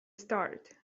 start